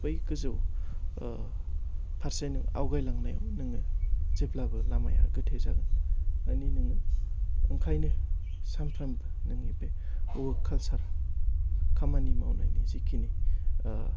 बै गोजौ फारसे नों आवगायलांनायाव नोङो जेब्लाबो लामाया गोथे जागोन माने नोङो ओंखायनो सानफ्रामबो नोंनि बे वर्क कालचार खामानि मावनाय जेखिनि